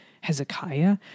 Hezekiah